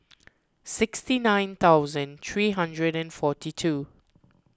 sixty nine thousand three hundred and forty two